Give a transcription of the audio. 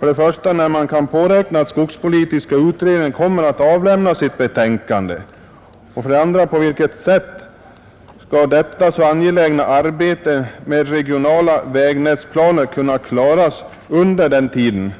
När kan man, för det första, påräkna att skogspolitiska utredningen kommer att avlämna sitt betänkande, och, för det andra, på vilket sätt skall detta så angelägna arbete med regionala vägnätsplaner kunna klaras under tiden?